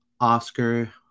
Oscar